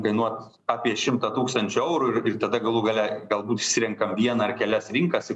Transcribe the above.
kainuot apie šimtą tūkstančių eurų ir tada galų gale galbūt išsirenkam vieną ar kelias rinkas į